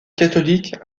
catholiques